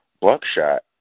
Buckshot